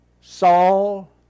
Saul